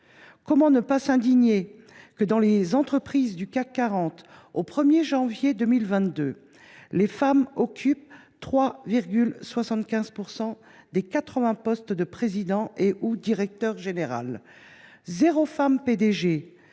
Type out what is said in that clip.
Comment ne pas s’indigner que, dans les entreprises du CAC 40, au 1 janvier 2022, les femmes occupent 3,75 % des 80 postes de président et/ou de directeur général ?